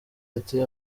ati